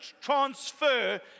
transfer